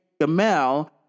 Gamel